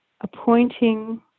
appointing